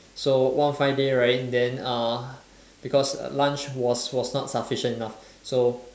so one fine day right then uh because lunch was was not sufficient enough so